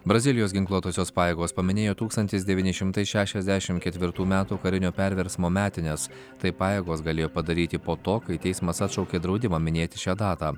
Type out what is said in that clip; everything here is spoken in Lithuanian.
brazilijos ginkluotosios pajėgos paminėjo tūkstantis devyni šimtai šešiasdešimt ketvirtų metų karinio perversmo metines tai pajėgos galėjo padaryti po to kai teismas atšaukė draudimą minėti šią datą